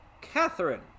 Catherine